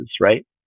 right